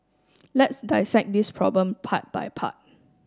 let's dissect this problem part by part